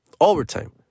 overtime